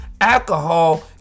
alcohol